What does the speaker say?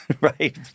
Right